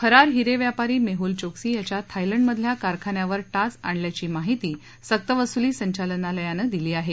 फरार हिरे व्यापारी मेडूल चौकसी याच्या थायलंड मधल्या कारखान्यावर ीव आणली असल्यांची माहिती सक्ती वसुली संचालनायानं दिली आहे